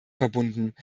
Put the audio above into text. verbunden